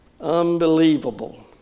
Unbelievable